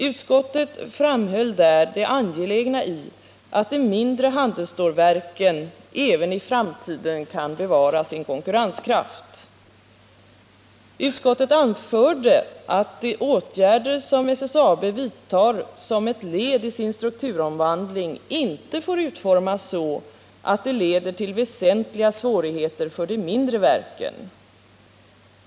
Utskottet framhöll där det angelägna i att de mindre handelsstålverken även i framtiden kan bevara sin konkurrenskraft. Utskottet anförde att åtgärder som SSAB vidtar som ett led i sin strukturomvandling inte får utformas så, att de leder till väsentliga svårigheter för de mindre verken.